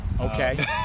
Okay